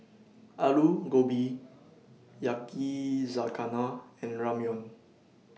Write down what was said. Alu Gobi Yakizakana and Ramyeon